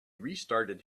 restarted